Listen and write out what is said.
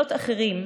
קולות אחרים,